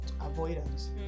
avoidance